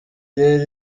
rero